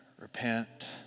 repent